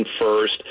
first